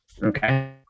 Okay